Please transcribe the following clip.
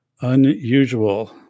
unusual